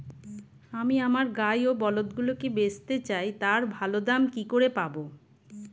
আমি আমার গাই ও বলদগুলিকে বেঁচতে চাই, তার ভালো দাম কি করে পাবো?